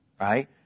right